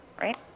right